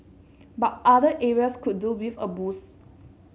but other areas could do with a boost